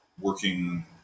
working